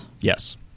Yes